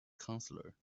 counselor